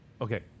okay